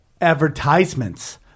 advertisements